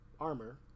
Armor